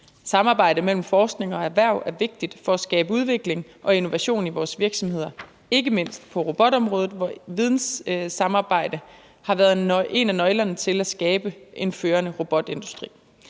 Samarbejde mellem forskning og erhverv er vigtigt for at skabe udvikling og innovation i vores virksomheder, ikke mindst på robotområdet, hvor videnssamarbejde har været en af nøglerne til at skabe en førende robotindustri.